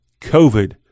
COVID